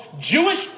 Jewish